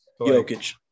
Jokic